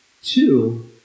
Two